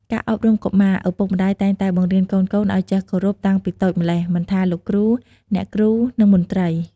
ការអប់រំកុមារ ឪពុកម្តាយតែងតែបង្រៀនកូនៗឱ្យចេះគោរពតាំងពីតូចម្ល៉េះមិនថាលោកគ្រូអ្នកគ្រូ និងមន្ត្រី។